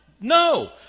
No